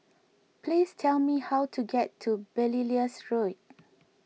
please tell me how to get to Belilios Road